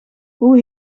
hoe